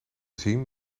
zien